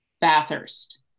Bathurst